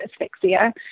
asphyxia